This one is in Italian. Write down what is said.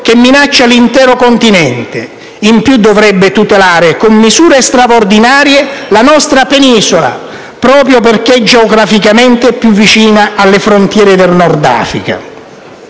che minaccia l'intero continente. In più, dovrebbe tutelare con misure straordinarie la nostra penisola, proprio perché geograficamente più vicina alle frontiere del Nord Africa.